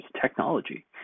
technology